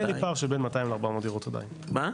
בסוף,